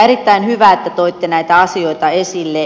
erittäin hyvä että toitte näitä asioita esille